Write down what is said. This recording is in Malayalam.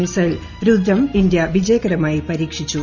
മിസൈൽ രുദ്രം ഇന്ത്യ വിജയകരമായി പരീക്ഷിച്ചു